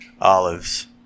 Olives